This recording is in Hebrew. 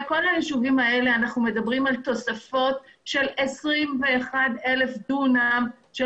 בכל היישובים האלה אנחנו מדברים על תוספות של 21 אלף דונם של